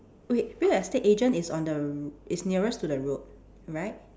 wait real estate agent is on the r~ is nearest to the road right